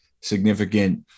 significant